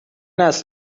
است